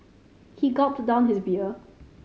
he gulped down his beer